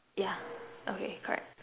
ya okay correct